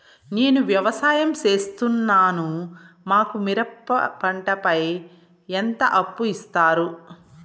నేను వ్యవసాయం సేస్తున్నాను, మాకు మిరప పంటపై ఎంత అప్పు ఇస్తారు